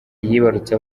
yibarutse